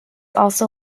also